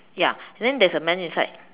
ya and then there's a man inside